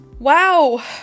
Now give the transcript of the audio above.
Wow